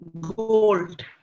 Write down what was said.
gold